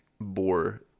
bore